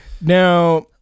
Now